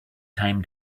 time